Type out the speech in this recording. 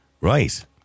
Right